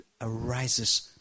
arises